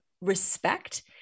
respect